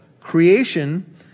creation